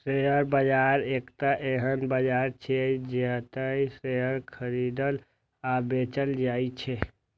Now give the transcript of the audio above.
share बाजार एकटा एहन बाजार छियै, जतय शेयर खरीदल आ बेचल जाइ छै